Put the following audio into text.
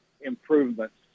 improvements